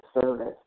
service